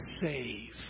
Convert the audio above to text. save